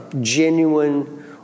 genuine